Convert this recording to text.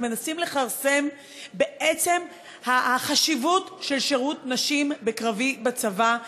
איך מנסים לכרסם בעצם החשיבות של שירות נשים בקרבי בצבא,